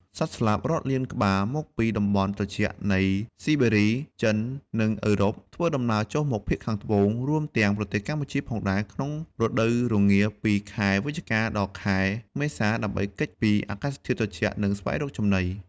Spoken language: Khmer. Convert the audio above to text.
សត្វស្លាបរាប់លានក្បាលមកពីតំបន់ត្រជាក់នៃស៊ីបេរី ចិន និងអឺរ៉ុប ធ្វើដំណើរចុះមកភាគខាងត្បូង រួមទាំងប្រទេសកម្ពុជាផងដែរ ក្នុងរដូវរងាពី ខែវិច្ឆិកា ដល់ ខែមេសា ដើម្បីគេចពីអាកាសធាតុត្រជាក់ និងស្វែងរកចំណី។